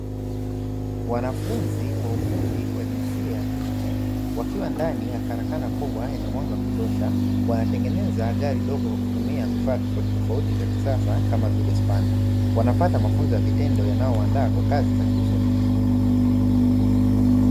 Wakufunzi wa ufundi wa jinsia ya kiume wakiwa ndani ya karakana kubwa ni mwanga kutosha, wanatengeneza gari dogo kwa kutumia vifaa tofautitofauti vya kisasa kama vile spana, wanapata mafunzo ya vitendo yanayoandaa kwa kazi za ufundi.